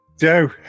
Joe